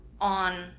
on